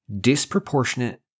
Disproportionate